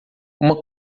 uma